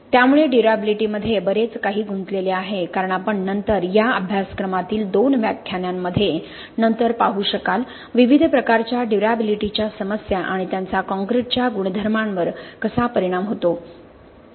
त्यामुळे ड्युर्याबिलिटीमध्ये बरेच काही गुंतलेले आहे कारण आपण नंतर या अभ्यासक्रमातील दोन व्याख्यानांमध्ये नंतर पाहू शकाल विविध प्रकारच्या ड्युर्याबिलिटीच्या समस्या आणि त्यांचा काँक्रीट च्या गुणधर्मांवर कसा परिणाम होतो